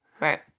right